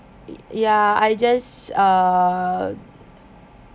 ya I just uh